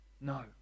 No